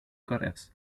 correos